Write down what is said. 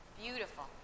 Beautiful